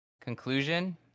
conclusion